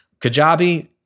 Kajabi